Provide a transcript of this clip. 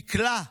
דקלה,